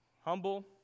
humble